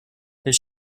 his